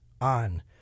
on